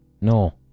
no